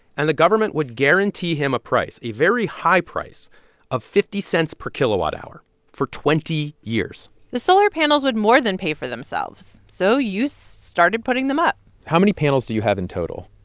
and the government would guarantee him a price a very high price of fifty cents per kilowatt-hour for twenty years the solar panels would more than pay for themselves, so joost started putting them up how many panels do you have in total?